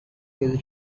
his